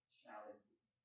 challenges